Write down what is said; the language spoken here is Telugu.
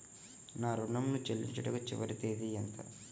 నా ఋణం ను చెల్లించుటకు చివరి తేదీ ఎంత?